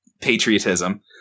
patriotism